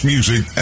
music